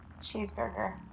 cheeseburger